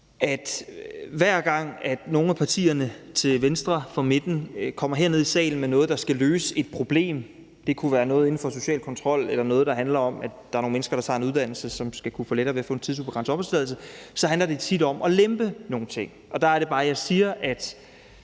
at hver gang nogle af partierne til venstre for midten kommer herned i salen med noget, der skal løse et problem – det kunne være noget inden for social kontrol, eller det kunne være noget, der handler om, at der er nogle mennesker, der tager en uddannelse, som lettere skal kunne få en tidsubegrænset opholdstilladelse – så handler det tit om at lempe nogle ting. Og der er det bare jeg siger, at